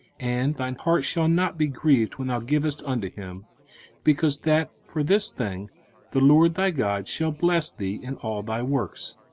and thine heart shall not be grieved when thou givest unto him because that for this thing the lord thy god shall bless thee in all thy works,